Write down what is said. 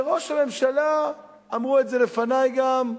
וראש הממשלה, אמרו את זה לפני גם,